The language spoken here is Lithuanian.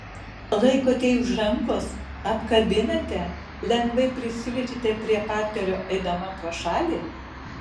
laikote jį už rankos apkabinate lengvai prisiliečiate prie partnerio eidama pro šalį